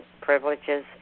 privileges